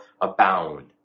abound